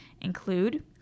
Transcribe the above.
include